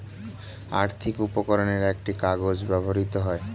আর্থিক উপকরণে একটি কাগজ ব্যবহৃত হয়